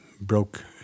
broke